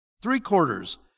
three-quarters